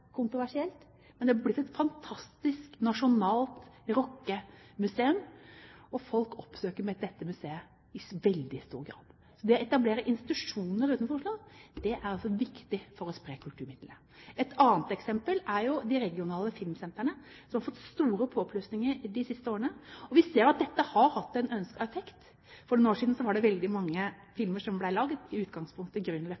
kontroversielt. Men det er blitt et fantastisk, nasjonalt rockemuseum, og folk oppsøker dette museet i veldig stor grad. Å etablere institusjoner utenfor Oslo er viktig for å spre kulturmidlene. Et annet eksempel er de regionale filmsentrene som har fått store påplusninger de siste årene. Vi ser at dette har hatt en ønsket effekt. For noen år siden var det veldig mange